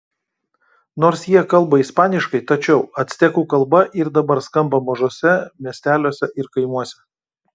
nors jie kalba ispaniškai tačiau actekų kalba ir dabar skamba mažuose miesteliuose ir kaimuose